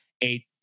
Eight